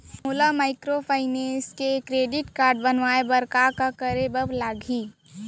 मोला माइक्रोफाइनेंस के credit card बनवाए बर का करे बर लागही?